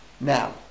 Now